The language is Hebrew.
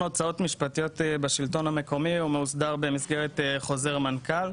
כי המחלוקת ביני לבין חברת הכנסת מיכאלי,